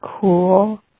cool